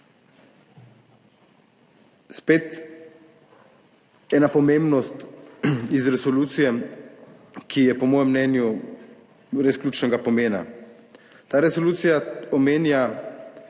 Spet ena pomembnost iz resolucije, ki je po mojem mnenju res ključnega pomena, ta resolucija omenja,